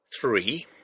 Three